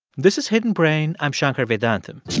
this is hidden brain. i'm shankar vedantam